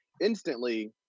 instantly